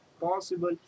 possible